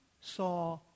saw